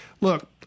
look